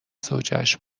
زوجهاش